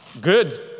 Good